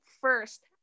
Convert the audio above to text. first